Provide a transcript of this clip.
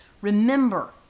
remember